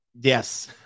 Yes